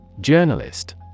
Journalist